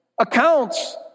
accounts